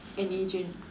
an agent